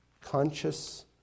Conscious